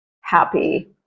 happy